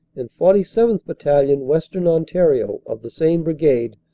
and forty seventh. battalion, western ontario, of the same brigade,